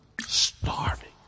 starving